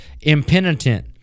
impenitent